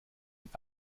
mit